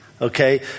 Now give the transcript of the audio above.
okay